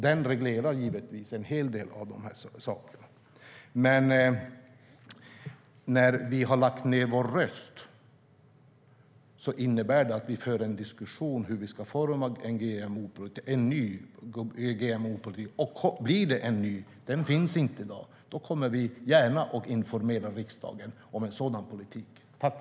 Den reglerar givetvis en hel del av detta.